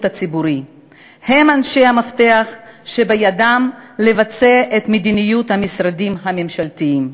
הציבורי הם אנשי המפתח שבידם לבצע את מדיניות המשרדים הממשלתיים.